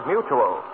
Mutual